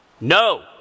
No